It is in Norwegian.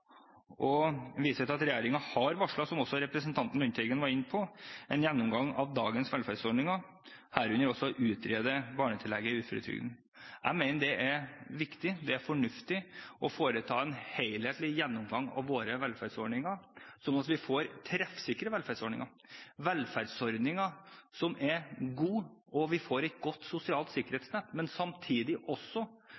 jeg viser til at regjeringen har varslet – som også representanten Lundteigen var inne på – en gjennomgang av dagens velferdsordninger, herunder å utrede barnetillegget i uføretrygden. Jeg mener det er viktig og fornuftig å foreta en helhetlig gjennomgang av våre velferdsordninger, slik at vi får treffsikre velferdsordninger, velferdsordninger som er gode, og som gir et godt sosialt